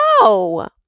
no